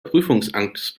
prüfungsangst